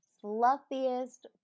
fluffiest